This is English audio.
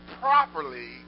properly